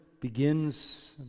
begins